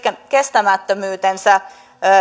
kestämättömyytensä